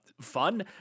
fun